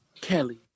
Kelly